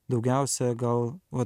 daugiausia gal va